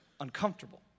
uncomfortable